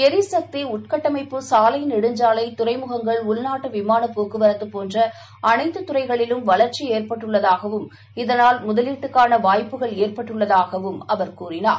எரிசக்திஉள்கட்டமைப்பு சாலைநெடுஞ்சாலைதுறைமுகங்கள் உள்றாட்டுவிமானப் போக்குவரத்துபோன்றஅனைத்துதுறைகளிலும் வளர்ச்சிஏற்பட்டுள்ளதாகவும் இதனால் முதலீட்டுக்கானவாய்ப்புகள் ஏற்பட்டுள்ளதாகவும் அவர் கூறினார்